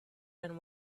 than